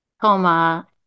coma